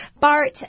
Bart